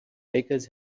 bakers